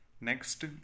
Next